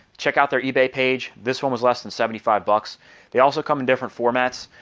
check out there ebay page. this one was less than seventy five bucks they also come in different formats.